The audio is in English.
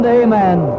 amen